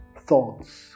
thoughts